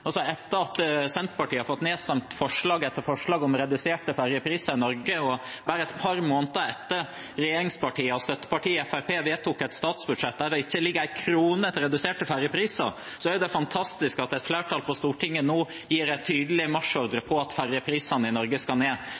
Etter at Senterpartiet har fått nedstemt forslag etter forslag om reduserte ferjepriser i Norge, og bare et par måneder etter at regjeringspartiene og støttepartiet Fremskrittspartiet vedtok et statsbudsjett der det ikke ligger en krone til reduserte ferjepriser, er det fantastisk at et flertall på Stortinget nå gir en tydelig marsjordre om at ferjeprisene i Norge skal ned.